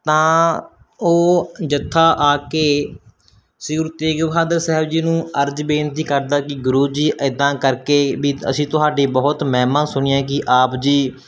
ਤਾਂ ਉਹ ਜੱਥਾ ਆ ਕੇ ਸ਼੍ਰੀ ਗੁਰੂ ਤੇਗ ਬਹਾਦਰ ਸਾਹਿਬ ਨੂੰ ਅਰਜ ਬੇਨਤੀ ਕਰਦਾ ਕਿ ਗੁਰੂ ਜੀ ਇੱਦਾਂ ਕਰਕੇ ਵੀ ਅਸੀਂ ਤੁਹਾਡੀ ਬਹੁਤ ਮਹਿਮਾ ਸੁਣੀ ਹੈ ਕਿ ਆਪ ਜੀ